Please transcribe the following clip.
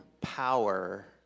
power